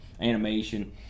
animation